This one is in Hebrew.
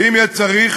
ואם יהיה צריך,